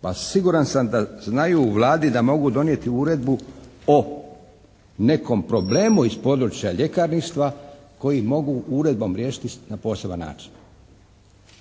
pa siguran sam da znaju u Vladi da mogu donijeti uredbu o nekom problemu iz područja ljekarništva koji mogu uredbom riješiti na poseban način,